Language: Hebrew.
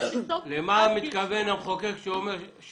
למה התכוון המחוקק כשהוא אומר גיל שלוש.